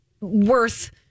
worth